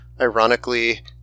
Ironically